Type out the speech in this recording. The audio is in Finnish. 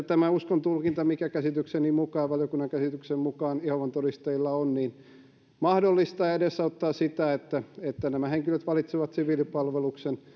tämä uskontulkinta mikä käsitykseni mukaan ja valiokunnan käsityksen mukaan jehovan todistajilla on mahdollistaa ja edesauttaa sitä että että nämä henkilöt valitsevat siviilipalveluksen